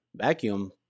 vacuum